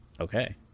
okay